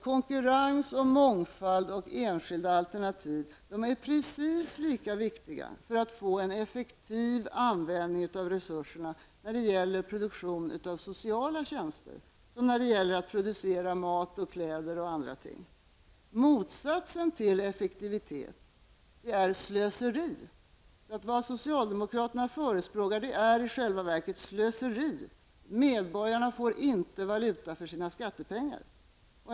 Konkurrens, mångfald och enskilda alternativ är precis lika viktiga för att få en effektiv användning av resurserna när det gäller produktionen av sociala tjänster som när det gäller att producera mat, kläder, möbler och annat. Motsatsen till effektivitet är slöseri. Vad socialdemokraterna förespråkar är i själva verket slöseri; medborgarna får inte valuta för sina skattepengar.